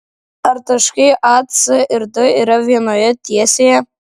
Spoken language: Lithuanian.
ar taškai a c ir d yra vienoje tiesėje